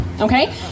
okay